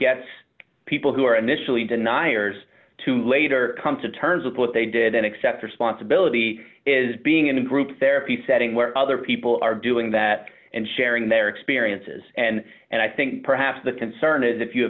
gets people who are initially deniers to later come to terms with what they did and accept responsibility is being in a group therapy setting where other people are doing that and sharing their experiences and and i think perhaps the concern is if you